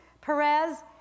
perez